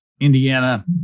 Indiana